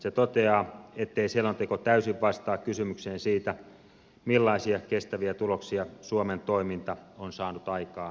se toteaa ettei selonteko täysin vastaa kysymykseen siitä millaisia kestäviä tuloksia suomen toiminta on saanut aikaan